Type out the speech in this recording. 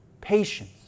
patience